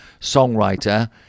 songwriter